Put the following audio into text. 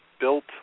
built